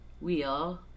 wheel